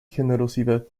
generosidad